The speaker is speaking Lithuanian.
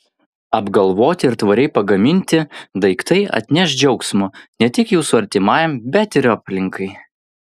apgalvoti ir tvariai pagaminti daiktai atneš džiaugsmo ne tik jūsų artimajam bet ir aplinkai